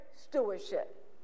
stewardship